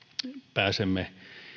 pääsemme